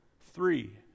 three